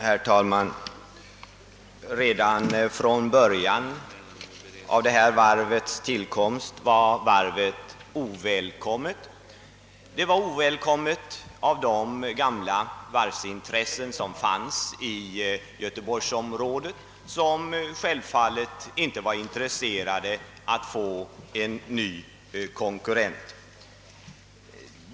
Herr talman! Uddevallavarvet var redan vid sin tillkomst ovälkommet. Det betraktades såsom ovälkommet av de gamla varvsintressen som fanns i göteborgsområdet och som självfallet inte var tilltalade av att få en ny konkurrent.